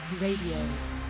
Radio